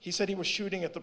he said he was shooting at the